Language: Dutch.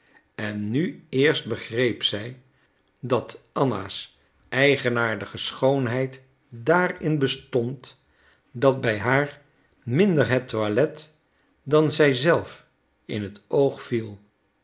en nu eerst begreep zij dat anna's eigenaardige schoonheid daarin bestond dat bij haar minder het toilet dan zij zelf in het oog viel